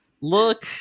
look